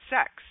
sex